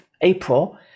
April